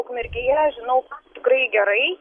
ukmergėje žinau tikrai gerai